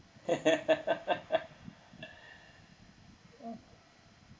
mm